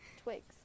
twigs